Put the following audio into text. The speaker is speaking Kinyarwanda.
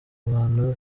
abantu